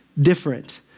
different